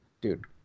dude